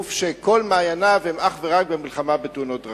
גוף שכל מעייניו הם אך ורק מלחמה בתאונות הדרכים.